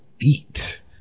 feet